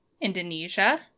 Indonesia